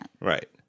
Right